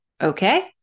Okay